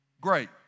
great